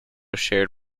shared